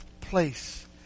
place